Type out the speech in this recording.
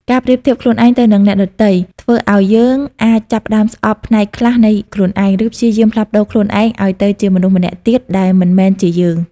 ការប្រៀបធៀបខ្លួនឯងទៅនិងអ្នកដ៏ទៃធ្វើអោយយើងអាចចាប់ផ្ដើមស្អប់ផ្នែកខ្លះនៃខ្លួនឯង ឬព្យាយាមផ្លាស់ប្ដូរខ្លួនឯងឱ្យទៅជាមនុស្សម្នាក់ទៀតដែលមិនមែនជាយើង។